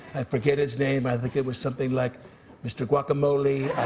i forget his name, i think it was something like mr. guacamole.